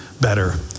better